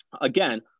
again